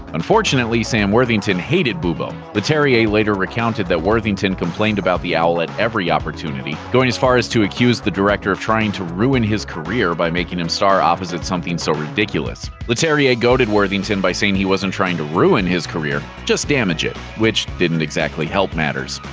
unfortunately, sam worthington hated bubo. leterrier later recounted that worthington complained about the owl at every opportunity, going as far to accuse the director of trying to ruin his career by making him star opposite something so ridiculous. leterrier goaded worthington by saying he wasn't trying to ruin his career, just damage it, which didn't exactly help matters.